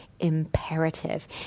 Imperative